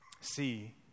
See